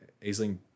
Aisling